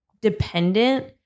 dependent